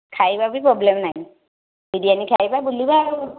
ଖାଇବା ବି ପ୍ରୋବ୍ଲେମ୍ ନାହିଁ ବିରିୟାନୀ ଖାଇବା ବୁଲିବା ଆଉ